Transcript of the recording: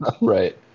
Right